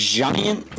giant